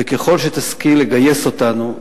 וככל שתשכיל לגייס אותנו,